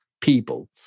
people